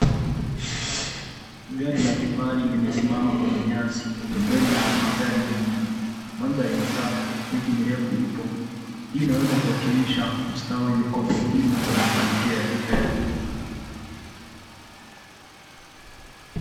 Gari la kifahari limesimama kwenye nyasi pembeni mwa magari mengine. Mandhari ni safi, miti mirefu ipo. Hii inaweza kuwakilisha ustawi, mikopo, dhima na mafanikio ya kifedha.